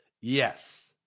Yes